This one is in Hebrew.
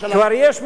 כבר יש,